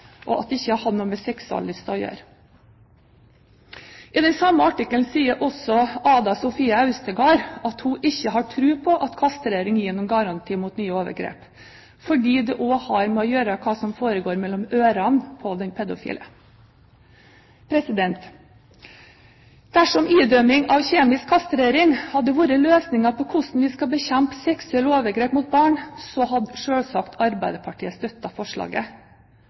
og at det ikke hadde noen med seksuallysten å gjøre. I den samme artikkelen sier også Ada Sofie Austegard at hun ikke har tro på at kastrering gir noen garanti mot nye overgrep fordi det også har å gjøre med hva som foregår mellom ørene på den pedofile. Dersom idømming av kjemisk kastrering hadde vært løsningen på hvordan vi skal bekjempe seksuelle overgrep mot barn, hadde selvsagt Arbeiderpartiet støttet forslaget.